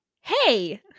Hey